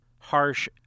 harsh